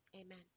Amen